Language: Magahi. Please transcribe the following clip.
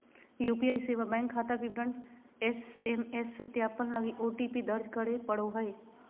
यू.पी.आई सेवा बैंक खाता विवरण एस.एम.एस सत्यापन लगी ओ.टी.पी दर्ज करे पड़ो हइ